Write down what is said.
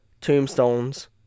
tombstones